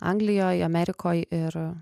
anglijoj amerikoj ir